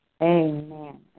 Amen